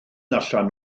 allan